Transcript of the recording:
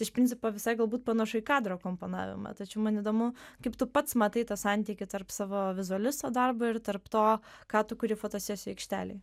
iš principo visai galbūt panašu į kadro komponavimą tačiau man įdomu kaip tu pats matai tą santykį tarp savo vizualisto darbo ir tarp to ką tu kuri fotosesijų aikštelėj